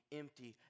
empty